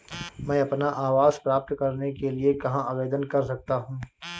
मैं अपना आवास प्राप्त करने के लिए कहाँ आवेदन कर सकता हूँ?